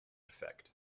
effect